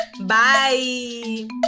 bye